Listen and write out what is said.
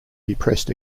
depressed